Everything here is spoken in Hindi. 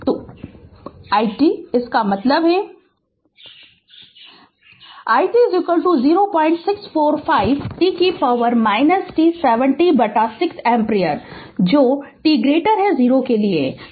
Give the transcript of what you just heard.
तो i t इसका मतलब है i t 0645 e t 7 t बटा 6 एम्पीयर जो t 0 के लिए है